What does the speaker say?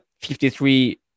53